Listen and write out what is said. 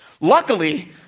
Luckily